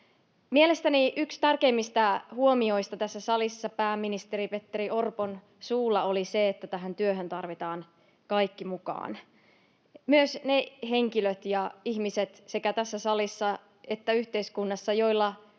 Mielestäni yksi tärkeimmistä huomioista tässä salissa pääministeri Petteri Orpon suulla oli se, että tähän työhön tarvitaan mukaan kaikki, myös ne henkilöt ja ihmiset sekä tässä salissa että yhteiskunnassa, joilla